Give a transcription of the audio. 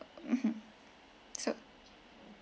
mmhmm so